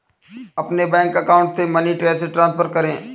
अपने bank account से money कैसे ट्रांसफर करें?